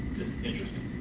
just interesting.